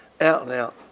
out-and-out